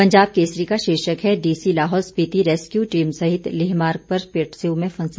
पंजाब केसरी का शीर्षक है DC Lahaul Spiti rescue team सहित लेह मार्ग पर पटसेऊ में फंसे